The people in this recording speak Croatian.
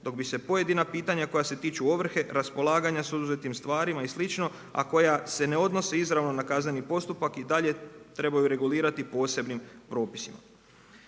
dok bi se pojedina pitanja koja se tiču ovrhe, raspolaganja sa oduzetim stvarima i slično a koja se ne odnose izravno na kazneni postupak i dalje trebaju regulirati posebnim propisima.